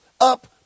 up